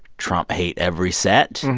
trump hate every set.